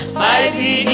mighty